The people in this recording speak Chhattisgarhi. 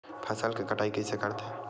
फसल के कटाई कइसे करथे?